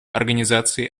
организации